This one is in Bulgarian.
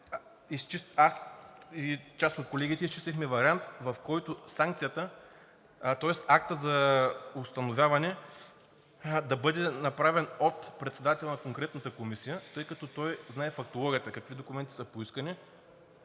аз и част от колегите изчистихме вариант, в който актът за установяване да бъде направен от председателя на конкретната комисия, тъй като той знае фактологията – какви документи са поискани,